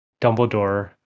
Dumbledore